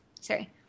Sorry